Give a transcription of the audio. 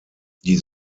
die